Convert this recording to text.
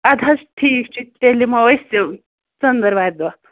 اَدٕ حظ ٹھیٖک چھُ تیٚلہِ یِمو أسۍ ژٔنٚدر وارِ دۅہ